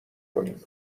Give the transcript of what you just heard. کنیم